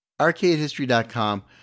Arcadehistory.com